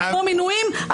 כמו מינויים,